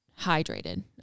hydrated